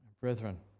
Brethren